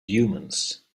humans